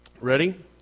Ready